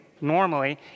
normally